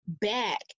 back